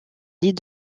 lit